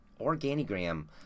Organigram